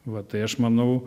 va tai aš manau